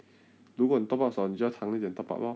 that 一天要多少钱 average